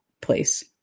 place